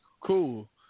cool